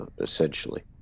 essentially